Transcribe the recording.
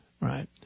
right